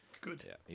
Good